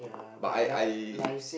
but I I